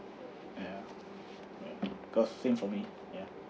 ya ya cause same for me ya